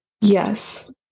Yes